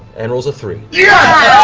and rolls a three. yeah